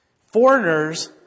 Foreigners